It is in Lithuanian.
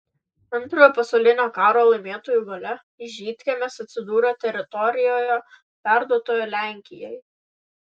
antrojo pasaulinio karo laimėtojų valia žydkiemis atsidūrė teritorijoje perduotoje lenkijai